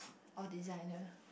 or designer